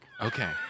Okay